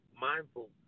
mindful